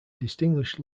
distinguished